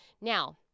Now